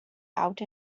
out